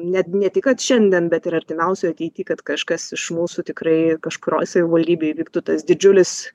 net ne tik kad šiandien bet ir artimiausioj ateity kad kažkas iš mūsų tikrai kažkurioj savivaldybėje įvyktų tas didžiulis